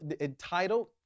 entitled